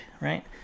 right